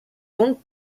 donc